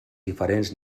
diferents